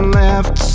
left